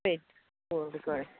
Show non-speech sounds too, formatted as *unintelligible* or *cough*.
ശരി ഓ *unintelligible*